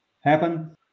happen